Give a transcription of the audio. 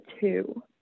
two